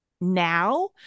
now